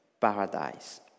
paradise